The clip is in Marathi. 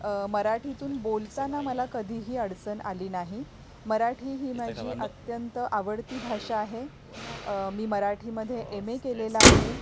मराठीतून बोलताना मला कधीही अडचण आली नाही मराठी ही माझी अत्यंत आवडती भाषा आहे मी मराठीमध्ये एम ए केलेला आहे